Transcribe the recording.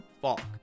falk